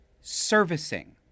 servicing